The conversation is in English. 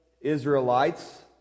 Israelites